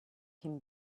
him